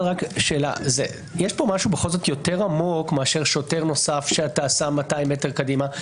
יש פה משהו יותר עמוק מאשר שוטר נוסף שאתה שם 200 מטר קדימה,